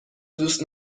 دوست